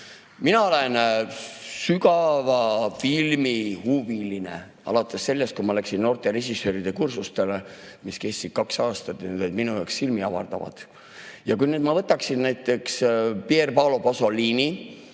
Mina olen suur filmihuviline alates sellest, kui ma läksin noorte režissööride kursustele, mis kestsid kaks aastat ja olid minu jaoks silmi avardavad. Kui ma võtaksin näiteks Pier Paolo Pasolini,